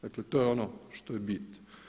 Dakle to je ono što je bit.